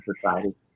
society